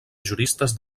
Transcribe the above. juristes